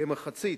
כמחצית,